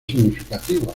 significativos